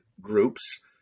groups